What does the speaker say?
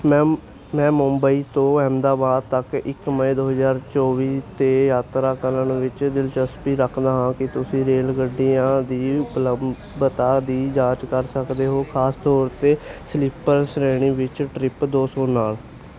ਮੈਂ ਮੁੰਬਈ ਤੋਂ ਅਹਿਮਦਾਬਾਦ ਤੱਕ ਇੱਕ ਮਈ ਦੋ ਹਜਾਰ ਚੋਵੀ ਤੇ ਯਾਤਰਾ ਕਰਨ ਵਿੱਚ ਦਿਲਚਸਪੀ ਰੱਖਦਾ ਹਾਂ ਕੀ ਤੁਸੀਂ ਰੇਲ ਗੱਡੀਆਂ ਦੀ ਉਪਲੱਬਧਤਾ ਦੀ ਜਾਂਚ ਕਰ ਸਕਦੇ ਹੋ ਖਾਸ ਤੌਰ 'ਤੇ ਸਲੀਪਰ ਸ਼੍ਰੇਣੀ ਵਿੱਚ ਟ੍ਰਿਪ ਦੋ ਸੌ ਨਾਲ